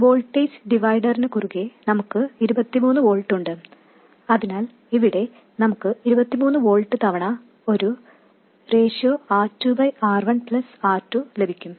ഈ വോൾട്ടേജ് ഡിവൈഡറിനു കുറുകേ നമുക്ക് 23 വോൾട്ട് ഉണ്ട് അതിനാൽ ഇവിടെ നമുക്ക് 23 വോൾട്ട് ഗുണിക്കണം R2 R1 എന്ന അനുപാതം പ്ലസ് R2 എന്ന് ലഭിക്കും